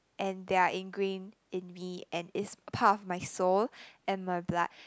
and they're ingrain in me and it's part of my soul and my blood